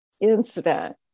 incident